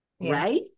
right